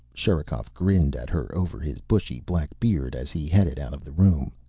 sherikov grinned at her over his bushy black beard as he headed out of the room.